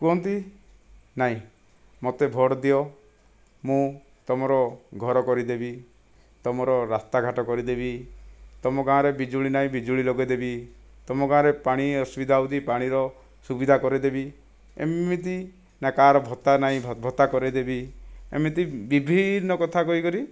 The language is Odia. କୁହନ୍ତି ନାହିଁ ମୋତେ ଭୋଟ ଦିଅ ମୁଁ ତମର ଘର କରିଦେବି ତମର ରାସ୍ତା ଘାଟ କରିଦେବି ତୁମ ଗାଁରେ ବିଜୁଳି ନାହିଁ ବିଜୁଳି ଲଗାଇ ଦେବି ତୁମ ଗାଁରେ ପାଣି ଅସୁବିଧା ହେଉଛି ପାଣିର ସୁବିଧା କରାଇ ଦେବି ଏମିତି ନା କାହାର ଭତ୍ତା ନାହିଁ ଭତ୍ତା କରାଇ ଦେବି ଏମିତି ବିଭିନ୍ନ କଥା କହିକରି